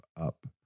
up